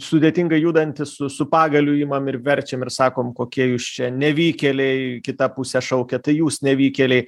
sudėtingai judantį su su pagaliu imam ir verčiam ir sakom kokie jūs čia nevykėliai kita pusė šaukia tai jūs nevykėliai